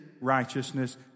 righteousness